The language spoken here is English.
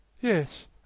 yes